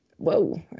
Whoa